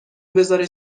بزارش